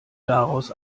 daraus